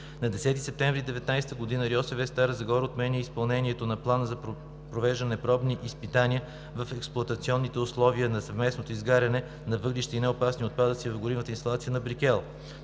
На 10 септември 2019 г. РИОСВ – Стара Загора, отменя изпълнението на плана за провеждане пробни изпитания в експлоатационните условия на съвместното изгаряне на въглища и неопасни отпадъци в горивната инсталация на „Брикел“.